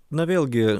na vėlgi